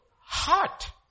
heart